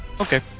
Okay